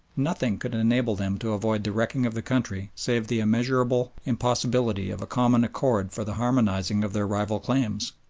nothing could enable them to avoid the wrecking of the country save the immeasurable impossibility of a common accord for the harmonising of their rival claims.